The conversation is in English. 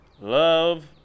love